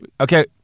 Okay